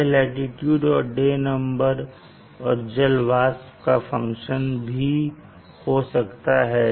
यह लाटीट्यूड और day number और जल वाष्प का फंक्शन भी हो सकता है